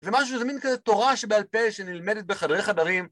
זה משהו, זה מין כזה תורה שבעל פה, שנלמדת בחדרי חדרים.